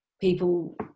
people